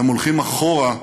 הם הולכים אחורה,